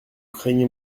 craignez